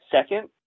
Second